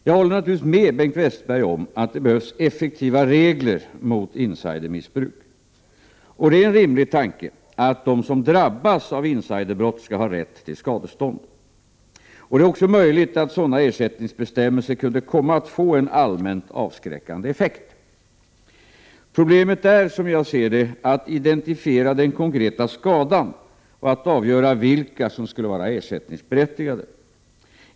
Jag håller naturligtvis med Bengt Westerberg om att det behövs effektiva regler mot insidermissbruk. Det är en rimlig tanke att de som drabbas av insiderbrott skall ha rätt till skadestånd. Och det är också möjligt att sådana ersättningsbestämmelser skulle kunna få en allmänt avskräckande effekt. Problemet är, som jag ser det, att identifiera den konkreta skadan och att avgöra vilka som skulle vara ersättningsberättigade.